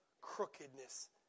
crookedness